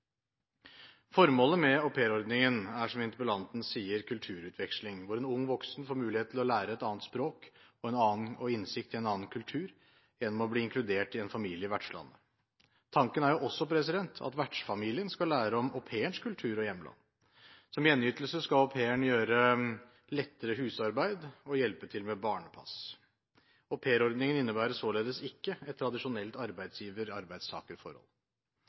Formålet med aupairordningen er, som interpellanten sier, kulturutveksling hvor en ung voksen får mulighet til å lære et annet språk og få innsikt i en annen kultur gjennom å bli inkludert i en familie i vertslandet. Tanken er også at vertsfamilien skal lære om au pairens kultur og hjemland. Som gjenytelse skal au pairen gjøre lettere husarbeid og hjelpe til med barnepass. Aupairordningen innebærer således ikke et tradisjonelt